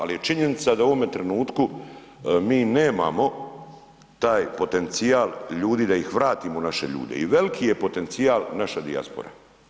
Ali činjenica da u ovome trenutku mi nemamo taj potencijal ljudi da ih vratimo, naše ljude, i veliki je potencijal naša dijaspora.